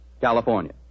California